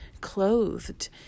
clothed